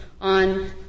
on